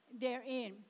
therein